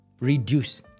reduce